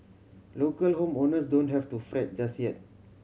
local home owners don't have to fret just yet